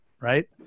right